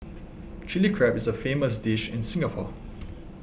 Chilli Crab is a famous dish in Singapore